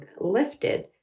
lifted